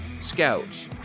scouts